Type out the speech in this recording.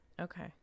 okay